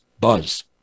buzz